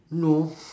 no